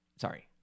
Sorry